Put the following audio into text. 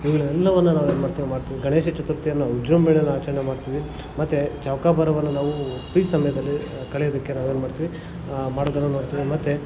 ಇವುಗಳೆಲ್ಲವನ್ನು ನಾವೇನ್ಮಾಡ್ತೀವಿ ಮಾಡ್ತೀವಿ ಗಣೇಶ ಚತುರ್ಥಿಯನ್ನು ವಿಜೃಂಭಣೆಯಿಂದ ಆಚರಣೆ ಮಾಡ್ತೀವಿ ಮತ್ತು ಚೌಕಾಬಾರವನ್ನು ನಾವು ಫ್ರೀ ಸಮಯದಲ್ಲಿ ಕಳೆಯೋದಿಕ್ಕೆ ನಾವೇನ್ಮಾಡ್ತೀವಿ ಮಾಡೋದನ್ನು ನೋಡ್ತೀವಿ ಮತ್ತು